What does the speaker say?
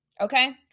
Okay